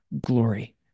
glory